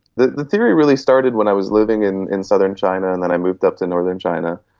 the theory really started when i was living in in southern china and then i moved up to northern china.